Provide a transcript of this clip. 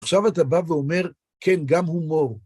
עכשיו אתה בא ואומר, כן, גם הומור.